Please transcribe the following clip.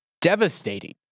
devastating